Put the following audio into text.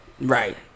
right